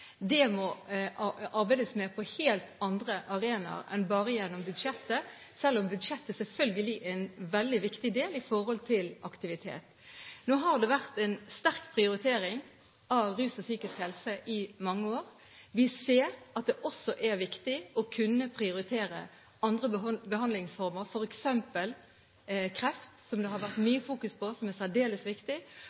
helt andre arenaer enn bare gjennom budsjettet, selv om budsjettet selvfølgelig er en veldig viktig del i forhold til aktivitet. Nå har det vært en sterk prioritering av rus og psykisk helse i mange år. Vi ser at det også er viktig å kunne prioritere andre behandlingsformer, f.eks. kreft, som det har vært mye fokus på, som er særdeles viktig,